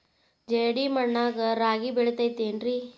ಜೇಡಿ ಮಣ್ಣಾಗ ರಾಗಿ ಬೆಳಿತೈತೇನ್ರಿ?